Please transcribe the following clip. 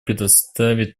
представит